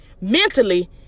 mentally